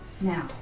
now